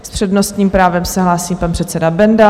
S přednostním právem se hlásí pan předseda Benda.